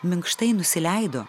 minkštai nusileido